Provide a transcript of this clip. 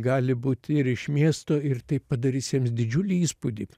gali būt ir iš miesto ir tai padarys jiems didžiulį įspūdį